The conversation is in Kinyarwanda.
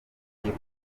kwiga